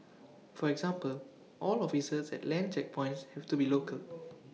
for example all officers at land checkpoints have to be local